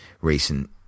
recent